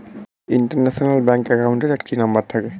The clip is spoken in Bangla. ইন্টারন্যাশনাল ব্যাংক অ্যাকাউন্টের একটি নাম্বার থাকে